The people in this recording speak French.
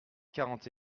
quarante